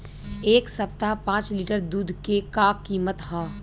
एह सप्ताह पाँच लीटर दुध के का किमत ह?